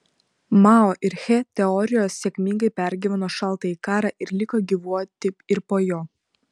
mao ir che teorijos sėkmingai pergyveno šaltąjį karą ir liko gyvuoti ir po jo